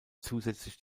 zusätzlich